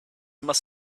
must